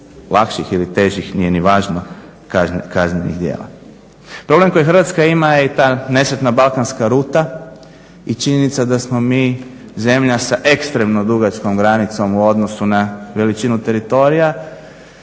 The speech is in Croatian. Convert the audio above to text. lakših ili težih, nije ni važno, kaznenih djela. Problem koji Hrvatska ima je i ta nesretna balkanska ruta i činjenica da smo mi zemlja sa ekstremno dugačkom granicom u odnosu na veličinu teritorija